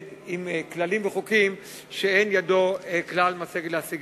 עם כללים וחוקים שאין לאל ידו להשיגם.